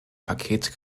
paket